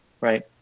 Right